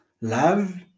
love